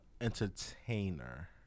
Entertainer